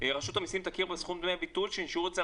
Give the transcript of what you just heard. רשות המיסים תכיר בסכום דמי הביטול שנשארו אצל